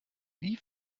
wie